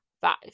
five